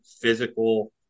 physical